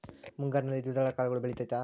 ಮುಂಗಾರಿನಲ್ಲಿ ದ್ವಿದಳ ಕಾಳುಗಳು ಬೆಳೆತೈತಾ?